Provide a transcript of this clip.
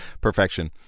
Perfection